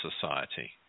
society